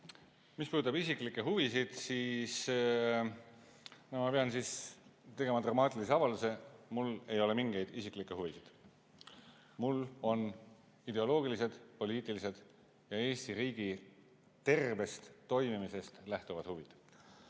Mis puudutab isiklikke huvisid, siis ma pean tegema dramaatilise avalduse: mul ei ole mingeid isiklikke huvisid. Mul on ideoloogilised, poliitilised ja Eesti riigi tervest toimimisest lähtuvad huvid.